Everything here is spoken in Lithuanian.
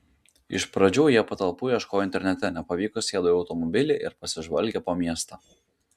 iš pradžių jie patalpų ieškojo internete nepavykus sėdo į automobilį ir pasižvalgė po miestą